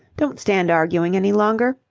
don't stand arguing any longer.